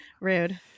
rude